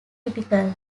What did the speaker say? typical